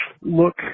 look